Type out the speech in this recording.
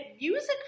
music